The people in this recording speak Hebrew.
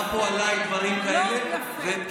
והינה, אני אומר לך, מה שאמרת זה שקרים, וחבל,